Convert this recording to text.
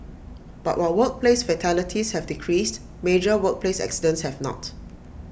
but while workplace fatalities have decreased major workplace accidents have not